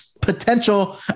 potential